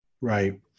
Right